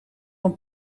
een